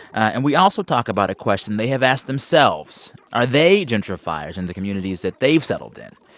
and we also talk about a question they have asked themselves. are they gentrifiers in the communities that they've settled in?